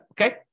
Okay